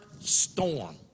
storm